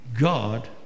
God